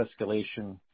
escalation